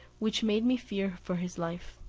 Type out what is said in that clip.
which made me fear for his life.